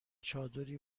چادری